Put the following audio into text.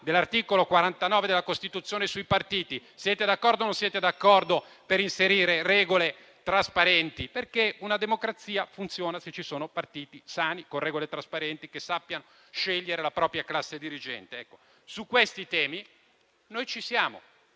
dell'articolo 49 della Costituzione e i partiti, siete o non siete d'accordo con l'idea di inserire regole trasparenti? Una democrazia funziona se ci sono partiti sani con regole trasparenti che sappiano scegliere la propria classe dirigente. Sono questi i temi su cui noi ci siamo: